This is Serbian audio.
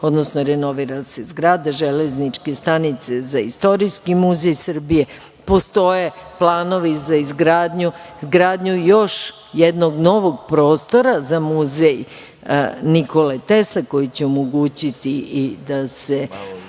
odnosno renovira se zgrada železničke stanice za Istorijski muzej Srbije. Postoje planovi za izgradnju još jednog novog prostora za Muzej Nikole Tesle, koji će omogućiti da se